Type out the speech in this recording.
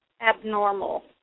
abnormal